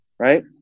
right